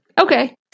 Okay